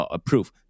Approve